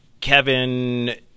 Kevin